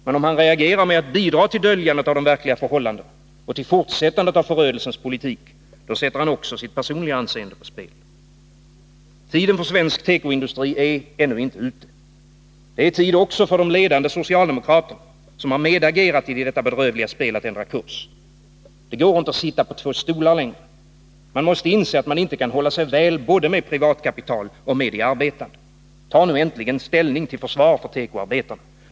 Men om han reagerar med att bidra till döljandet av de verkliga förhållandena och till fortsättandet av förödelsens politik — då sätter han också sitt personliga anseende på spel. Tiden för svensk tekoindustri är ännu inte ute. Det är tid också för de ledande socialdemokrater som medagerat i detta bedrövliga spel att ändra kurs. Det går inte att sitta på två stolar längre. Ni måste inse att man inte kan hålla sig väl både med privatkapitalet och med de arbetande. Ta nu äntligen ställning till försvar för tekoarbetarna.